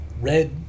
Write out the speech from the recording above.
Red